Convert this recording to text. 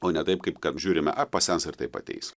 o ne taip kaip žiūrime ai pasens ir taip ateis